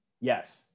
yes